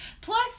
Plus